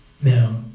Now